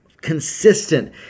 consistent